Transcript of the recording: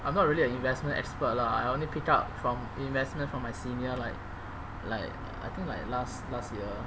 I'm not really a investment expert lah I only pick up from investment from my senior like like I think like last last year